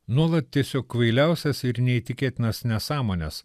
nuolat tiesiog kvailiausias ir neįtikėtinas nesąmones